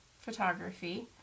photography